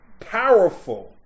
Powerful